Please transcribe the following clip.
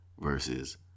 versus